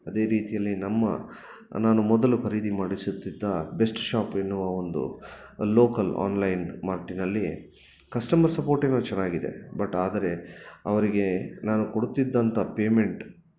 ಅದೇ ರೀತಿಯಲ್ಲಿ ನಮ್ಮ ನಾನು ಮೊದಲು ಖರೀದಿ ಮಾಡಿಸುತ್ತಿದ್ದ ಬೆಸ್ಟ್ ಶಾಪ್ ಎನ್ನುವ ಒಂದು ಲೋಕಲ್ ಆನ್ಲೈನ್ ಮಾರ್ಟಿನಲ್ಲಿ ಕಸ್ಟಮರ್ ಸಪೋರ್ಟ್ ಏನೋ ಚೆನ್ನಾಗಿದೆ ಬಟ್ ಆದರೆ ಅವರಿಗೆ ನಾನು ಕೊಡುತ್ತಿದ್ದಂಥ ಪೇಮೆಂಟ್